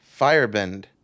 Firebend